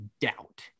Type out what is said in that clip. doubt